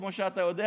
כמו שאתה יודע,